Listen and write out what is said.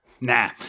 Nah